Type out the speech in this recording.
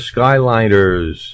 Skyliners